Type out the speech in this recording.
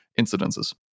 incidences